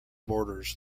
borders